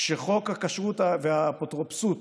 כשחוק הכשרות והאפוטרופסות